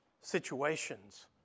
situations